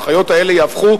וההנחיות האלה יהפכו,